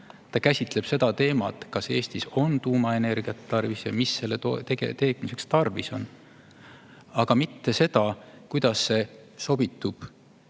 See käsitleb teemat, kas Eestis on tuumaenergiat tarvis ja mis selle tootmiseks tarvis on, aga mitte seda, kuidas see sobitub